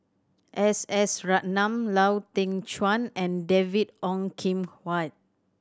S S Ratnam Lau Teng Chuan and David Ong Kim Huat